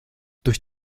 durch